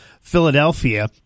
Philadelphia